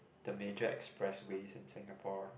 the major expressway in Singapore